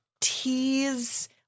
tease